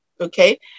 Okay